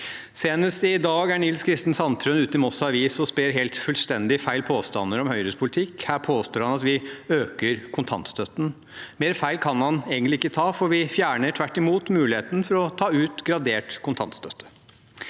Senest i dag er Nils Kristen Sandtrøen ute i Moss Avis og sprer helt fullstendig feil påstander om Høyres politikk. Her påstår han at vi øker kontantstøtten. Mer feil kan han egentlig ikke ta, for vi fjerner tvert imot muligheten for å ta ut gradert kontantstøtte.